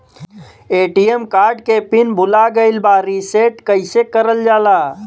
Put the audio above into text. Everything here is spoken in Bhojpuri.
ए.टी.एम कार्ड के पिन भूला गइल बा रीसेट कईसे करल जाला?